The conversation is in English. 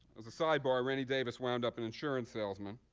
as a sidebar, rennie davis wound up an insurance salesman.